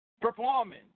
performing